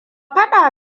faɗa